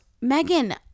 Megan